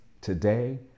Today